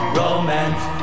romance